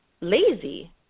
lazy